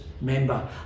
member